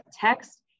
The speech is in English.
text